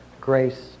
grace